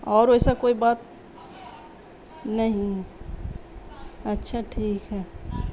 اور ویسا کوئی بات نہیں ہے اچھا ٹھیک ہے